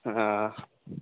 अहां